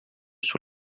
sur